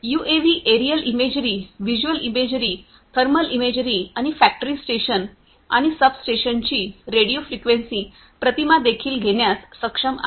UAV aerial imagery visual imagery thermal imagery आणि factory station आणि सबस्टेशन्सची रेडिओ फ्रिक्वेन्सी प्रतिमा देखील घेण्यास सक्षम आहेत